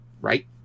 Right